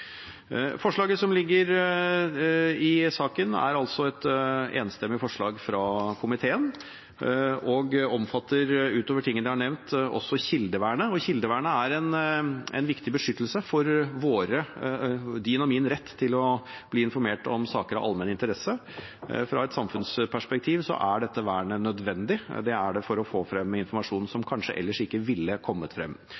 Forslaget som ligger i saken, er altså et enstemmig forslag fra komiteen og omfatter, ut over det vi har nevnt, også kildevernet. Kildevernet er en viktig beskyttelse av vår – din og min – rett til å bli informert om saker av allmenn interesse. I et samfunnsperspektiv er dette vernet nødvendig. Det er det for å få frem informasjon